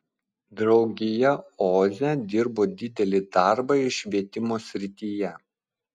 draugija oze dirbo didelį darbą ir švietimo srityje